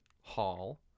Hall